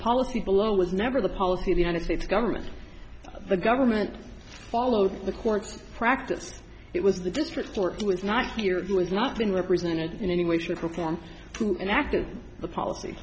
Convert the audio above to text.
policy below was never the policy of united states government the government followed the courts practice it was the district court was not here that was not being represented in any way shape or form an active policy